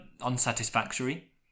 unsatisfactory